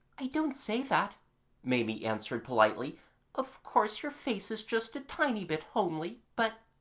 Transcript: i don't say that maimie answered politely of course your face is just a tiny bit homely, but